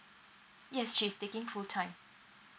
yes she's taking full time